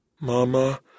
Mama